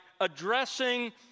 addressing